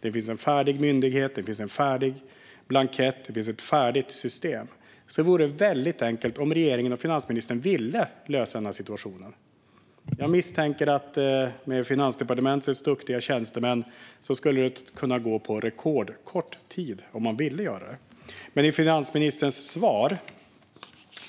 Det finns en färdig myndighet, en färdig blankett och ett färdigt system. Det vore väldigt enkelt om regeringen och finansministern ville lösa situationen. Jag misstänker att det med Finansdepartementets duktiga tjänstemän skulle kunna gå på rekordkort tid om man ville göra det här. Men i finansministerns svar